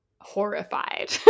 horrified